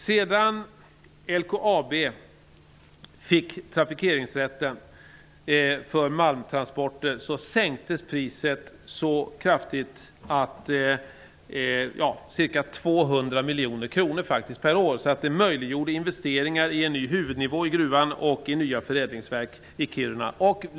Sedan LKAB fick trafikeringsrätten för malmtransporter sänktes priset kraftigt, ca 200 miljoner kronor per år. Det möjliggjorde investeringar i en ny huvudnivå i gruvan och i nya förädlingsverk i Kiruna.